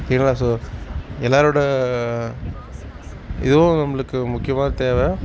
என்ன சொ எல்லாரோடய இதுவும் நம்மளுக்கு முக்கியமாக தேவை